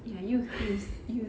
ya youth please youth